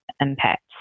impacts